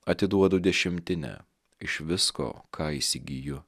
atiduodu dešimtinę iš visko ką įsigyju